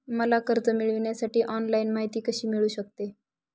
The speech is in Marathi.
मला कर्ज मिळविण्यासाठी ऑनलाइन माहिती कशी मिळू शकते?